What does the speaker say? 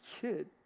kid